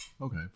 okay